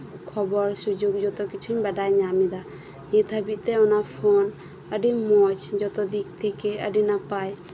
ᱠᱷᱚᱵᱚᱨ ᱥᱩᱡᱚᱜ ᱡᱚᱛᱚ ᱠᱤᱪᱷᱩᱧ ᱵᱟᱰᱟᱭ ᱧᱟᱢᱮᱫᱟ ᱱᱤᱛᱦᱟᱹᱵᱤᱡ ᱛᱮ ᱚᱱᱟ ᱯᱷᱚᱱ ᱟᱹᱰᱤ ᱢᱚᱪ ᱡᱚᱛᱚ ᱥᱮᱫ ᱠᱷᱚᱱ ᱟᱹᱰᱤ ᱱᱟᱯᱟᱭ